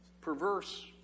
perverse